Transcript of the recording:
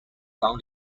found